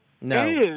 No